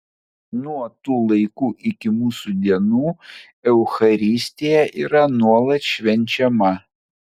nuo tų laikų iki mūsų dienų eucharistija yra nuolat švenčiama